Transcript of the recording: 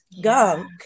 gunk